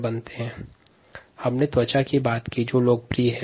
वर्तमान में विशिष्ट त्वचा का निर्माण लोकप्रिय है